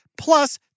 plus